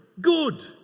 Good